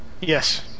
Yes